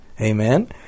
Amen